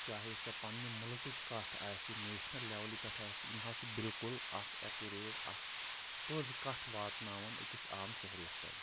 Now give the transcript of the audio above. چاہے سۄ پنٛنہِ مُلکٕچ کَتھ آسہِ نیشنَل لیولہِ پٮ۪ٹھ آسہِ یِم حظ چھِ بالکُل اکھ اٮ۪کُریٹ اکھ پٔز کَتھ واتناوان أکِس عام شہرِیَس تام